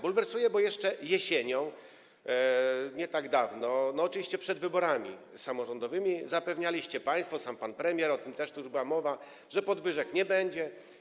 Bulwersuje, bo jeszcze jesienią, nie tak dawno, oczywiście przed wyborami samorządowymi zapewnialiście państwo i sam pan premier - o tym też tu była mowa - że podwyżek nie będzie.